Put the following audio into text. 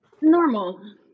Normal